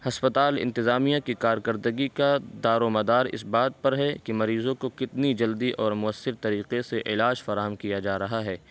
ہسپتال انتظامیہ کی کارکردگی کا دار و مدار اس بات پر ہے کہ مریضوں کو کتنی جلدی اور مؤثر طریقے سے علاج فراہم کیا جا رہا ہے